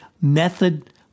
method